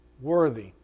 worthy